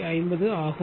250 ஆகும்